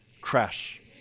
crash